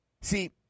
See